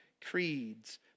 creeds